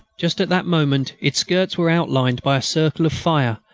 just at that moment its skirts were outlined by a circle of fire,